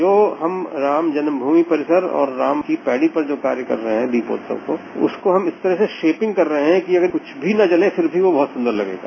जो हम राम जन्म भूमि परिसर और राम की पैड़ी पर जो कार्य कर रहे हैं दीपोत्सव को उसको हम इस तरह से शेपिंग कर रहे हैं कि अगर कुछ भी न जले फिर भी वह बहुत सुंदर लगेगा